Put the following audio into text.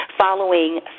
following